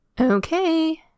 Okay